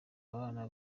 abana